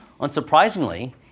Unsurprisingly